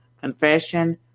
confession